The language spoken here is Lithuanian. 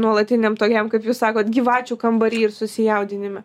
nuolatiniam tokiam kaip jūs sakot gyvačių kambary ir susijaudinime